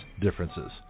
differences